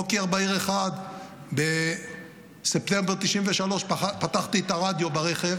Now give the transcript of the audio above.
בוקר בהיר אחד בספטמבר 1993 פתחתי את הרדיו ברכב